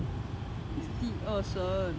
it's 第二声